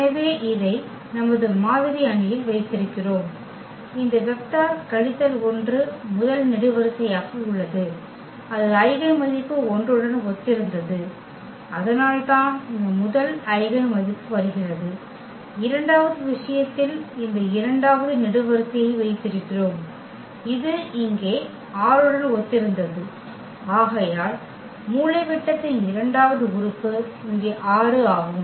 எனவே இதை நமது மாதிரி அணியில் வைத்திருக்கிறோம் இந்த வெக்டர் கழித்தல் 1 முதல் நெடுவரிசையாக உள்ளது அது ஐகென் மதிப்பு 1 உடன் ஒத்திருந்தது அதனால்தான் இந்த முதல் ஐகென் மதிப்பு வருகிறது இரண்டாவது விஷயத்தில் இந்த இரண்டாவது நெடுவரிசையை வைத்திருக்கிறோம் இது இங்கே 6 உடன் ஒத்திருந்தது ஆகையால் மூலைவிட்டத்தின் இரண்டாவது உறுப்பு இங்கே 6 ஆகும்